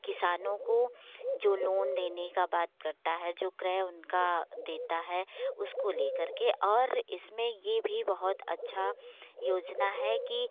किसानों को जो लोन देने का बात करता है जो क्रय उनका देता है उसको लेकर के और इसमें ये भी बहुत अच्छा योजना है कि